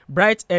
Bright &